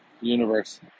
universe